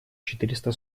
четыреста